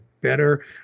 better